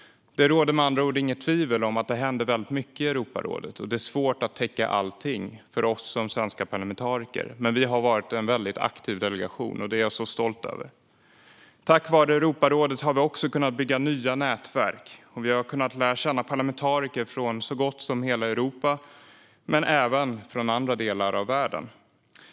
Det råder med andra ord inget tvivel om att det händer mycket i Europarådet. Det är svårt för oss svenska parlamentariker att täcka allting. Men vi har varit en väldigt aktiv delegation. Det är jag stolt över. Tack vare Europarådet har vi kunnat bygga nya nätverk och lära känna parlamentariker från så gott som hela Europa och även från andra delar av världen.